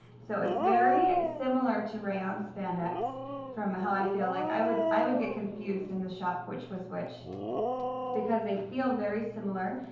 so it's very similar to rayon spandex from how i feel. like i would i would get confused in the shop which was which because they feel very similar.